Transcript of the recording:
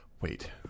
wait